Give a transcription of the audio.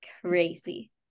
crazy